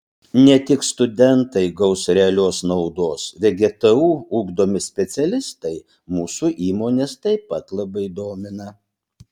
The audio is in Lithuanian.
ne tik studentai gaus realios naudos vgtu ugdomi specialistai mūsų įmones taip pat labai domina